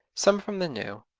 some from the new.